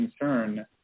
concern